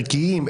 ערכיים,